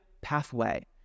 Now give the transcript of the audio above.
Pathway